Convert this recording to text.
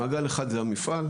מעגל אחד זה המפעל,